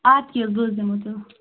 اَد کہِ حظ بہٕ حظ دِمو تُل